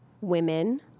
women